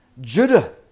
Judah